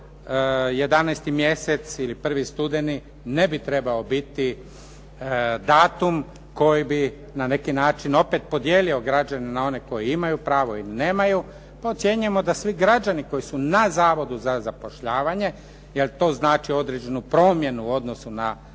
11. mjesec ili 1. studeni ne bi trebao biti datum koji bi na neki način opet podijelio građane na one koji imaju pravo ili nemaju, pa ocjenjujemo da svi građani koji su na zavodu za zapošljavanje, jer to znači određenu promjenu u odnosu na zaduženje,